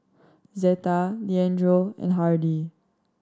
Zeta Leandro and Hardy